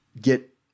get